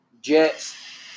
Jets